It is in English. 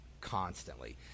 constantly